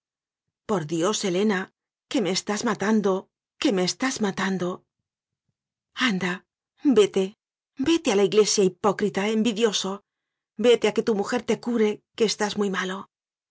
por dios helena que me estás matan do que me estás matando anda vete vete a la iglesia hipócrita envidioso vete a que tu mujer te cure que estás muy malo